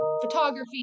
photography